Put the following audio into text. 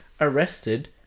arrested